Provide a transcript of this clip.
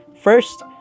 First